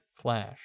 Flash